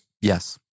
Yes